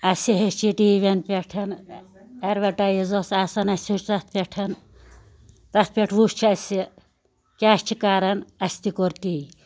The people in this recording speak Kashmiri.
اَسہِ ہیٚوچھ یہِ ٹی وی ین پٮ۪ٹھ ایٚڈواٹایز اوس آسان اَسہِ ہیوٚچھ تتھ پٮ۪ٹھ تتھ پٮ۪ٹھ وُچھ اَسہِ کیٛاہ چھِ کَران اَسہِ تہِ کوٚر تی